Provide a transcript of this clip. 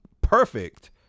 perfect